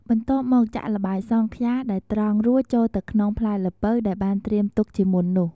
បន្ទាប់់មកចាក់ល្បាយសង់ខ្យាដែលត្រងរួចចូលទៅក្នុងផ្លែល្ពៅដែលបានត្រៀមទុកជាមុននោះ។